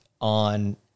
on